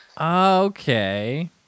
Okay